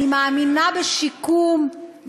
אני מאמינה בשיקום,